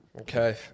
Okay